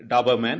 Dobermann